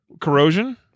Corrosion